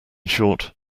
short